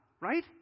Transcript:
Right